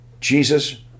Jesus